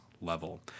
level